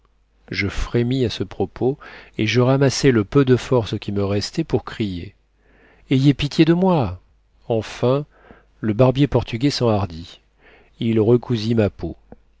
je frémis à ce propos et je ramassai le peu de forces qui me restaient pour crier ayez pitié de moi enfin le barbier portugais s'enhardit il recousit ma peau